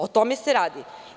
O tome se radi.